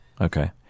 Okay